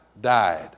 died